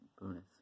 bonus